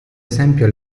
esempio